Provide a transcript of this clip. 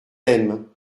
aiment